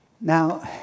Now